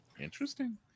Interesting